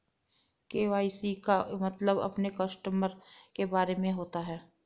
KYC का मतलब अपने कस्टमर के बारे में होता है